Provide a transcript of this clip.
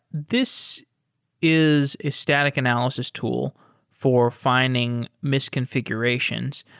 this is a static analysis tool for finding ms. configurations.